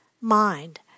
mind